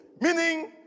meaning